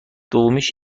دومیش